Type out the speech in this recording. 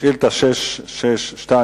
שאילתא 662,